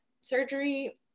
surgery